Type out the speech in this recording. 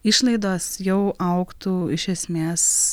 išlaidos jau augtų iš esmės